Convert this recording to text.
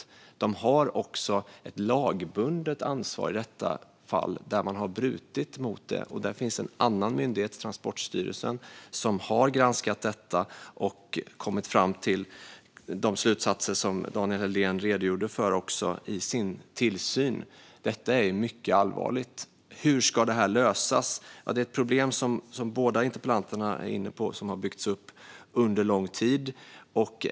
I detta fall har de ett lagbundet ansvar som de har brutit emot. En annan myndighet, Transportstyrelsen, har granskat detta och har i sin tillsyn kommit fram till de slutsatser som Daniel Helldén redogjorde för. Detta är mycket allvarligt. Hur ska det lösas? Detta är ett problem som båda interpellanterna är inne på och som har byggts upp under lång tid.